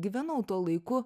gyvenau tuo laiku